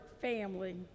family